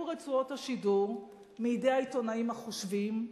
רצועות השידור מידי העיתונאים החושבים,